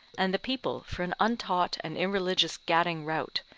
and the people for an untaught and irreligious gadding rout,